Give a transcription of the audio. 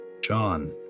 John